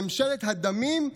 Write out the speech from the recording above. ממשלת הדמים,